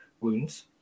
wounds